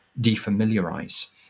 defamiliarize